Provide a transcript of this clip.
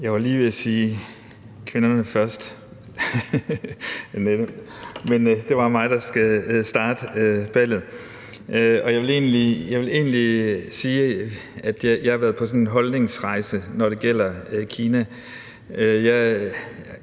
Jeg var lige ved at sige »kvinderne først«, men det er mig, der skal starte ballet. Jeg vil egentlig sige, at jeg har været på sådan en holdningsrejse, når det gælder Kina. Jeg var